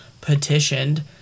petitioned